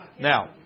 Now